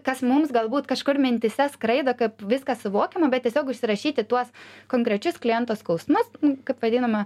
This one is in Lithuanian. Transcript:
kas mums galbūt kažkur mintyse skraido kaip viskas suvokiama bet tiesiog užsirašyti tuos konkrečius kliento skausmus kad vadiname